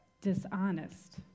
dishonest